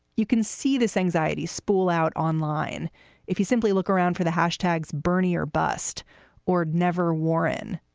you can see this anxiety spool out online if you simply look around for the hashtags bernie or bust or never, warren.